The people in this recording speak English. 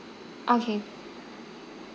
okay